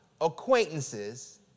acquaintances